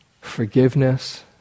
Forgiveness